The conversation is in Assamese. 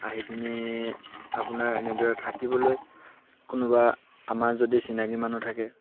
আহি পিনি আপোনাৰ এনেদৰে থাকিবলৈ কোনোবা আমাৰ যদি চিনাকি মানুহ থাকে